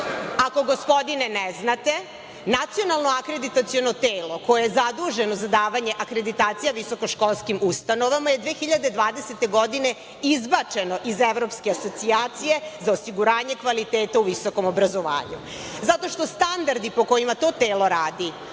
Ako, gospodine, ne znate Nacionalno akreditaciono telo koje je zaduženo za davanje akreditacija visokoškolskim ustanovama je 2020. godine izbačeno iz Evropske asocijacije za osiguranje kvaliteta u visokom obrazovanju, zato što standardi po kojima to telo radi